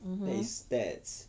that is stats